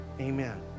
Amen